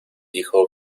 dijo